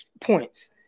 points